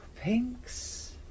pinks